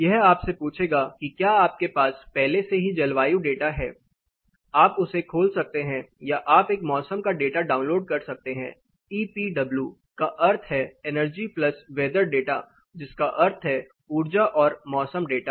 यह आपसे पूछेगा कि क्या आपके पास पहले से ही जलवायु डेटा है आप उसे खोल सकते हैं या आप एक मौसम का डेटा डाउनलोड कर सकते हैं ईपीडब्ल्यू का अर्थ है एनर्जी प्लस वेदर डाटा जिसका अर्थ है ऊर्जा और मौसम डेटा